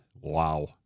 Wow